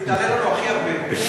היא תעלה לנו הכי הרבה.